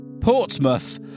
Portsmouth